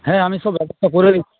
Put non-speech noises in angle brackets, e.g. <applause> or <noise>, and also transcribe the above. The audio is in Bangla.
হ্যাঁ আমি সব ব্যবস্থা করে <unintelligible>